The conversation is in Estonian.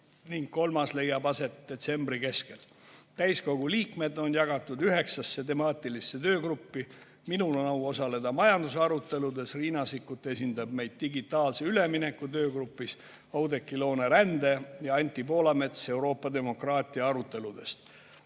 kolmas leiab aset detsembri keskel. Täiskogu liikmed on jagatud üheksasse temaatilisse töögruppi. Minul on au osaleda majanduse aruteludes. Riina Sikkut esindab meid digitaalse ülemineku töögrupis, Oudekki Loone rändeteema ja Anti Poolamets Euroopa demokraatia aruteludel.